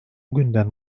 günden